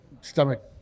stomach